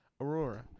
Aurora